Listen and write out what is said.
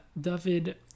David